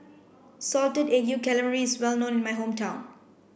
salted egg yolk calamari is well known in my hometown